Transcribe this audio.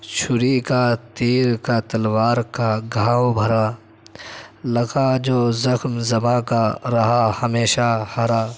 چھری کا تیر کا تلوار کا گھاؤ بھرا لگا جو زخم زباں کا رہا ہمیشہ ہرا